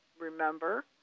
Remember